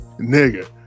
Nigga